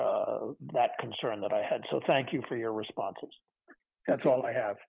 that concern that i had so thank you for your responses that's all i have